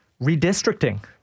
redistricting